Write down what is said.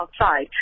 outside